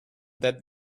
that